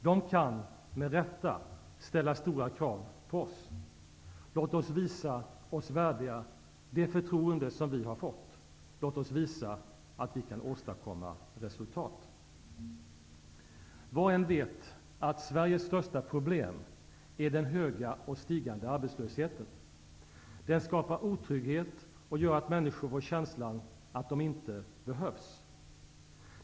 De kan med rätta ställa stora krav på oss. Låt oss visa oss värdiga det förtroende som vi har fått. Låt oss visa att vi kan åstadkomma resultat. Var och en vet att Sveriges största problem är den höga och stigande arbetslösheten. Den skapar otrygghet och gör att människor får känslan att de inte behövs.